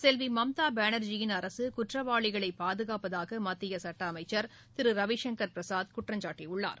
செல்வி மம்தா பானா்ஜின் அரசு குற்றவாளிகளை பாதுகாப்பதாக மத்திய சட்ட அமைச்சா் திரு ரவிசங்கள் பிரசாத் குற்றம்சாட்டியுள்ளார்